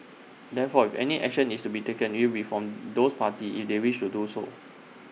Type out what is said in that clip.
therefore if any action is to be taken IT would be from those parties if they wish to do so